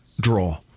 draw